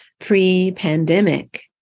pre-pandemic